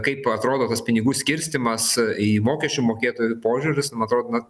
kaip atrodo tas pinigų skirstymas į mokesčių mokėtojų požiūris atrodo na